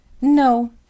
No